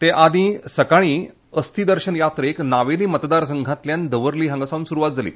ते आदी सकाळीं अस्ती दर्शन यात्रेक नावेली मतदारसंघातल्यान दवर्ली हांगा सावन सुखात जाली